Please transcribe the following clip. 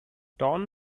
torn